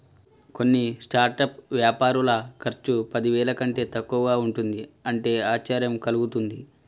కొన్ని స్టార్టప్ వ్యాపారుల ఖర్చు పదివేల కంటే తక్కువగా ఉంటుంది అంటే ఆశ్చర్యం కలుగుతుంది